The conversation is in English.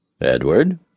Edward